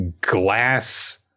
glass